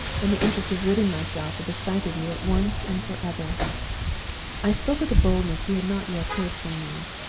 and the interest of ridding myself of the sight of you at once and forever i spoke with a boldness he had not yet heard from me.